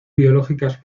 biológicas